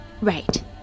Right